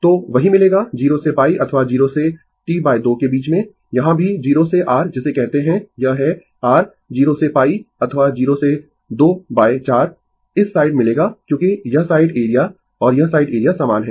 तो वही मिलेगा 0 से π अथवा 0 से T 2 के बीच में यहाँ भी 0 से r जिसे कहते है यह है r 0 से π अथवा 0 से 2 4 इस साइड मिलेगा क्योंकि यह साइड एरिया और यह साइड एरिया समान है